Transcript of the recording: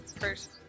first